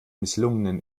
misslungenen